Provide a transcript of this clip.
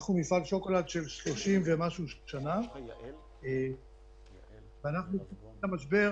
אנחנו מפעל שוקולד של 36 ומשהו שנה ואנחנו מתחילת המשבר